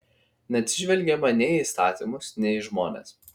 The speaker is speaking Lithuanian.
neatsižvelgiama nei į įstatymus nei į žmones